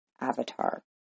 avatar